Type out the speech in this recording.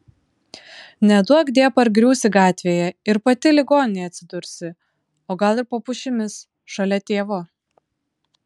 neduokdie pargriūsi gatvėje ir pati ligoninėje atsidursi o gal ir po pušimis šalia tėvo